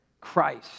Christ